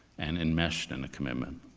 and enmeshed in a commitment.